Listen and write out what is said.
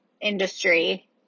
industry